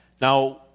Now